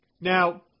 Now